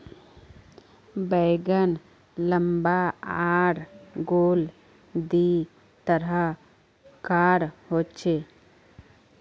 बैंगन लम्बा आर गोल दी तरह कार होचे